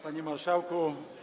Panie Marszałku!